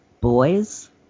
boys